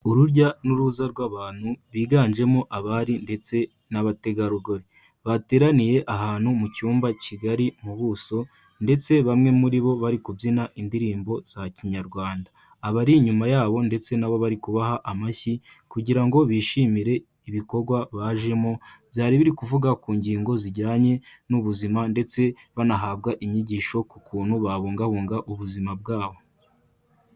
Urujya n'uruza rw'abantu biganjemo abari ndetse n'abategarugori, bateraniye ahantu mu cyumba kigari mu buso ndetse bamwe muri bo bari kubyina indirimbo za Kinyarwanda, abari inyuma yabo ndetse na bo bari kubaha amashyi kugira ngo bishimire ibikorwa bajemo byari biri kuvuga ku ngingo zijyanye n'ubuzima ndetse banahabwa inyigisho ku kuntu babungabunga ubuzima bwabo.